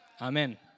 Amen